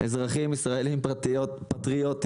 אזרחים ישראלים פטריוטים,